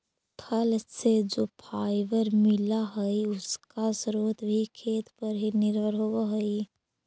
फल से जो फाइबर मिला हई, उसका स्रोत भी खेत पर ही निर्भर होवे हई